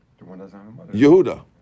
Yehuda